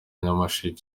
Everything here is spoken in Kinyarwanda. nyamasheke